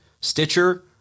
Stitcher